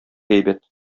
әйбәт